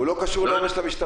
הוא לא קשור למשטרה.